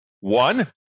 One